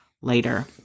later